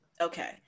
Okay